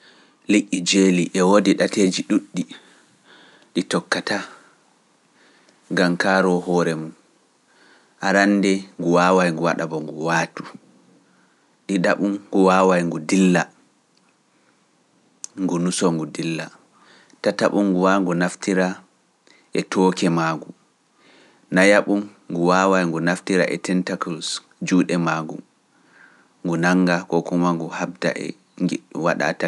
Liƴƴi jeeli e woodi ɗateeji ɗuuɗɗi ɗi tokkataa ngam kaaroo hoore mum, arannde ngu waawaay ngu waɗa ba ngu waatu, ɗiɗaɓum ngu waawaay ngu dilla, ngu nuso ngu dilla, tataɓum ngu waawaay ngu naftira e tooke maa ngu, nayaɓum ngu waawaay ngu naftira e tentakles juuɗe maagu, ngu nannga ko kuma ngu habda e nji waɗa attak